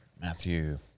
Matthew